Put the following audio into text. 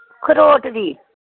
खरोट दी